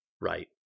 right